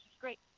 great